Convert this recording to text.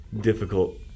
difficult